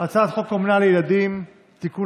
הצעת חוק אומנה לילדים (תיקון,